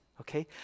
Okay